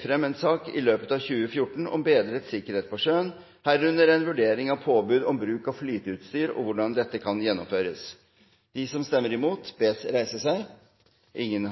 frem en sak i løpet av 2014 om bedre sikkerhet på sjøen, herunder en vurdering av påbud om bruk av flyteutstyr og hvordan dette kan gjennomføres.» Det er stor enighet om at vi ikke skal